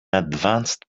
advanced